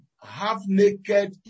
half-naked